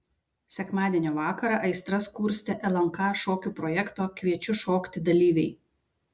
sekmadienio vakarą aistras kurstė lnk šokių projekto kviečiu šokti dalyviai